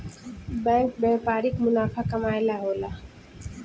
bank व्यापारिक मुनाफा कमाए ला होला